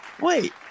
Wait